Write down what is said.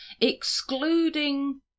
excluding